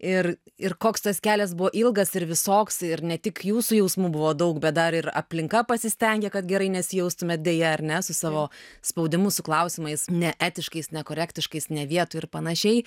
ir ir koks tas kelias buvo ilgas ir visoks ir ne tik jūsų jausmų buvo daug bet dar ir aplinka pasistengė kad gerai nesijaustumėt deja ar ne su savo spaudimu su klausimais neetiškais nekorektiškais ne vietoj ir panašiai